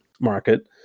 market